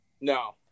No